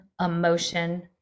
emotion